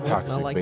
Toxic